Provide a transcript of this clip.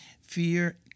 Fear